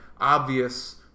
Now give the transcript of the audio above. obvious